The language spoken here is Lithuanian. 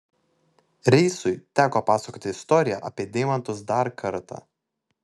reisui teko pasakoti istoriją apie deimantus dar kartą